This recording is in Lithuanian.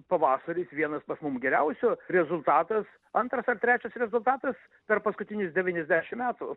pavasaris vienas pas mum geriausių rezultatas antras ar trečias rezultatas per paskutinius devyniasdešim metų